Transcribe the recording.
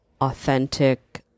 authentic